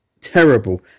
Terrible